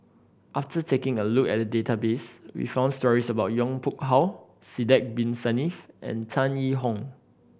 after taking a look at the database we found stories about Yong Pung How Sidek Bin Saniff and Tan Yee Hong